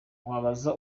wabaza